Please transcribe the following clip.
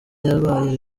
yabaye